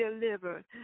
delivered